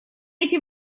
эти